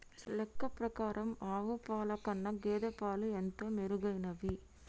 లెక్క ప్రకారం ఆవు పాల కన్నా గేదె పాలు ఎంతో మెరుగైనవి